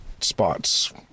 spots